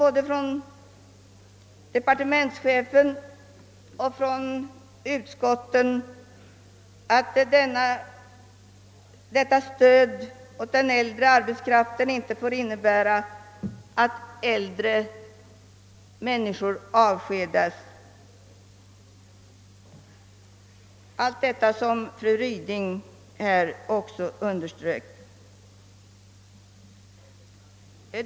Både departementschefen och utskotten har bestämt sagt ifrån att det föreslagna stödet inte får leda till att äldre människor avskedas. Den saken har också fru Ryding här understrukit.